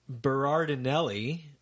Berardinelli